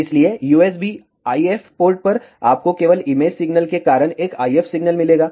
इसलिए USB IF port पर आपको केवल इमेज सिग्नल के कारण एक IF सिग्नल मिलेगा